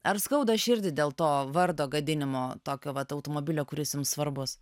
ar skauda širdį dėl to vardo gadinimo tokio vat automobilio kuris jums svarbus